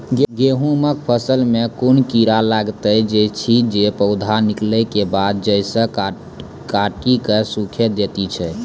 गेहूँमक फसल मे कून कीड़ा लागतै ऐछि जे पौधा निकलै केबाद जैर सऽ काटि कऽ सूखे दैति छै?